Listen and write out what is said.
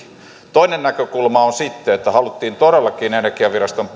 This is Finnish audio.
toinen näkökulma on sitten että haluttiin todellakin energiaviraston